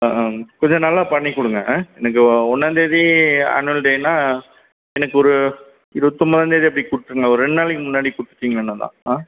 கொஞ்சம் நல்லா பண்ணிக் கொடுங்க ஆ எனக்கு ஒன்றாந்தேதி ஆனுவல் டேனால் எனக்கு ஒரு இருபத்தொன்பதாந்தேதி அப்படி கொடுத்துருங்க ஒரு ரெண்டு நாளைக்கு முன்னாடி கொடுத்திட்டிங்கன்னா தான் ஆ